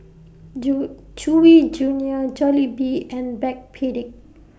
Chewy Junior Jollibee and Backpedic